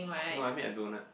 no I made a doughnut